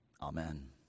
amen